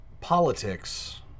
politics